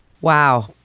Wow